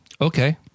Okay